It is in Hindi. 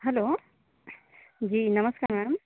हेलो जी नमस्कार मैडम